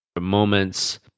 moments